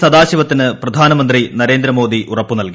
സദാശിവത്തിന് പ്രധാനമന്ത്രി നരേന്ദ്രമോദി ഉറപ്പ് നൽകി